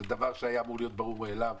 זה דבר שהיה אמור להיות מובן מאליו.